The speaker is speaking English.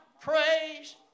praise